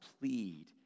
plead